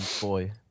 boy